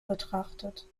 betrachtet